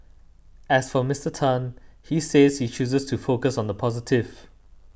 as for Mister Tan he says he chooses to focus on the positive